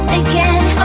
again